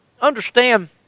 understand